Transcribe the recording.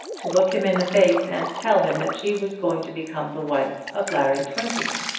to look him in the face and tell him that she was going to become the wife of larry twentyman.